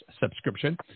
subscription